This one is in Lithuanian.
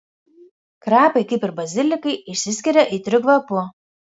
krapai kaip ir bazilikai išsiskiria aitriu kvapu